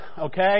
okay